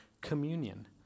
communion